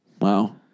Wow